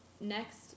next